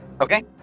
Okay